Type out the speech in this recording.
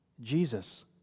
Jesus